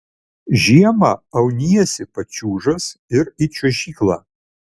žiemą auniesi pačiūžas ir į čiuožyklą